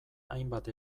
hainbat